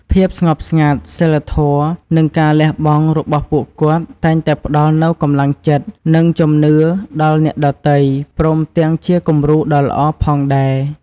ភាពស្ងប់ស្ងាត់ សីលធម៌ និងការលះបង់របស់ពួកគាត់ តែងតែផ្ដល់នូវកម្លាំងចិត្ត និងជំនឿដល់អ្នកដទៃ ព្រមទាំងជាគំរូដ៏ល្អផងដែរ។